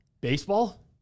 Baseball